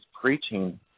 preaching